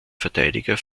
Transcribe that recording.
verteidiger